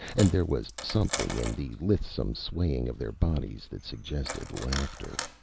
and there was something in the lissome swaying of their bodies that suggested laughter.